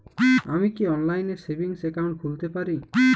আমি কি অনলাইন এ সেভিংস অ্যাকাউন্ট খুলতে পারি?